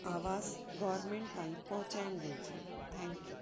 आवाज़ गोरमैंट ताईं पोचाइंदाजे थैंक्यू